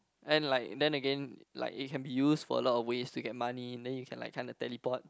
and like then again like it can be used for a lot of ways to get money then you can like kind of teleport